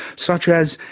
such as,